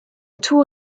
tour